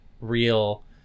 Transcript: real